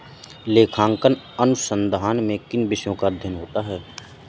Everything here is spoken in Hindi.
लेखांकन अनुसंधान में किन विषयों का अध्ययन होता है?